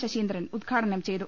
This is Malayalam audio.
ശശീന്ദ്രൻ ഉദ്ഘാടനം ചെയ്യും